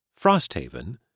Frosthaven